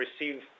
receive